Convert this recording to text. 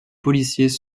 policiers